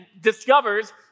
discovers